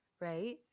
right